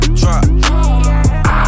drop